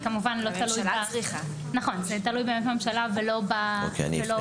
זה כמובן תלוי בממשלה ולא בנו.